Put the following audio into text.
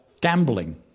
gambling